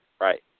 right